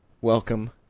Welcome